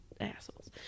assholes